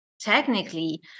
technically